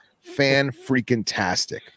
fan-freaking-tastic